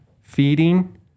feeding